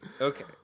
Okay